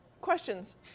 questions